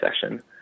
session